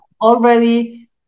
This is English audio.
already